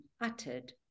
uttered